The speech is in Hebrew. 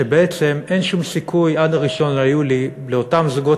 שבעצם אין שום סיכוי עד 1 ביולי לאותם זוגות